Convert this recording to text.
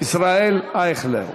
ישראל אייכלר.